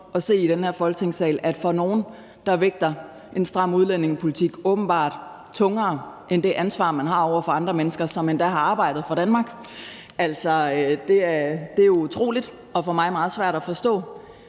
rundt i den her Folketingssal, hvor det for nogle gælder, at en stram udlændingepolitik åbenbart vægter tungere end det ansvar, man har over for andre mennesker, som endda har arbejdet for Danmark. Altså, det er jo utroligt og for mig meget svært at forstå,